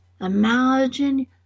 imagine